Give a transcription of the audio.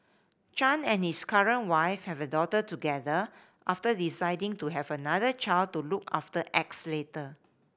Chan and his current wife have a daughter together after deciding to have another child to look after X later